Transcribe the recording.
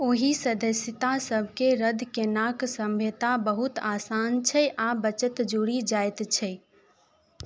ओहि सदस्यतासबके रद्द कोनाकऽ सम्यता बहुत आसान छै आओर बचत जुड़ि जाइत छै